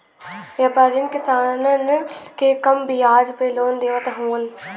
व्यापरीयन किसानन के कम बियाज पे लोन देवत हउवन